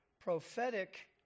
prophetic